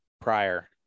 prior